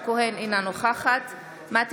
אינה נוכחת אורית פרקש הכהן,